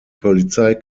polizei